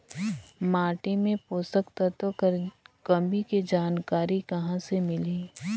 माटी मे पोषक तत्व कर कमी के जानकारी कहां ले मिलही?